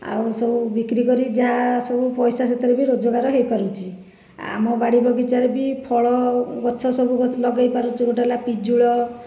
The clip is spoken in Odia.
ଆଉ ସବୁ ବିକ୍ରି କରି ଯାହାସବୁ ପଇସା ଯେତେକ ବି ରୋଜଗାର ହୋଇପାରୁଛି ଆମ ବାଡ଼ି ବଗିଚାରେ ବି ଫଳ ଗଛ ସବୁ ଲଗେଇପାରୁଛୁ ଗୋଟିଏ ହେଲା ପିଜୁଳି